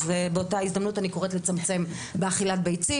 באותה הזדמנות אני קוראת לצמצם באכילת ביצים,